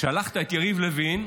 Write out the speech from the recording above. שלחת את יריב לוין,